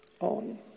on